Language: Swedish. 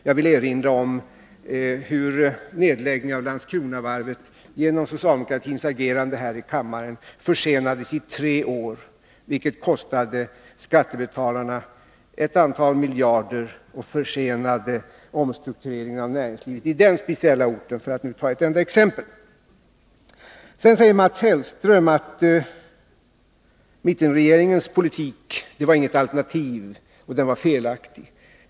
Jag vill erinra om hur nedläggningen av Landskronavarvet genom socialdemokratins agerande här i kammaren försenades i tre år, vilket kostade skattebetalarna ett antal miljarder och försenade omstruktureringen av näringslivet i den speciella orten, för att nu ta ett enda exempel. Sedan säger Mats Hellström att mittenregeringens politik var inget alternativ och att den var felaktig.